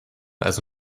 also